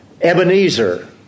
Ebenezer